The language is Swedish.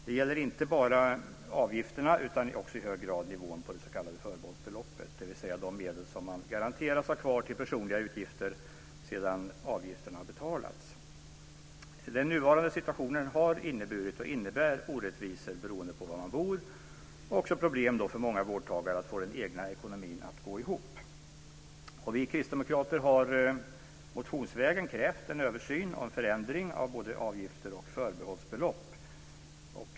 Det gäller inte bara avgifterna utan också i hög grad nivån på det s.k. förbehållsbeloppet, dvs. de medel som man garanteras ha kvar till personliga utgifter sedan avgifterna betalts. Den nuvarande situationen har inneburit och innebär orättvisor beroende på var man bor och också problem för många vårdtagare att få den egna ekonomin att gå ihop. Vi kristdemokrater har motionsvägen krävt en översyn och en förändring av både avgifter och förbehållsbelopp.